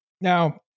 Now